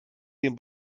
dem